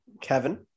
Kevin